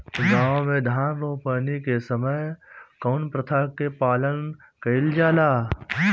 गाँव मे धान रोपनी के समय कउन प्रथा के पालन कइल जाला?